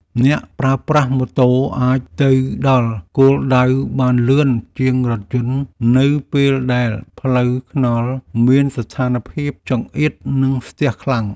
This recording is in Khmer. អ្នកប្រើប្រាស់ម៉ូតូអាចទៅដល់គោលដៅបានលឿនជាងរថយន្តនៅពេលដែលផ្លូវថ្នល់មានស្ថានភាពចង្អៀតនិងស្ទះខ្លាំង។